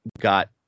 got